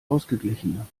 ausgeglichener